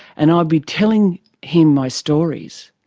and i'd be telling him my stories,